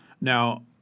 Now